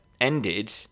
ended